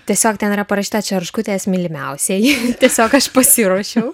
tiesiog ten yra parašyta čerškutės mylimiausieji tiesiog aš pasiruošiau